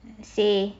say